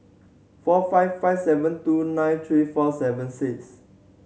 four five five seven two nine three four seven six